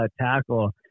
tackle